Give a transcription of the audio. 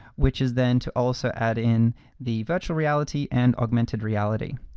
which is then to also add in the virtual reality and augmented reality.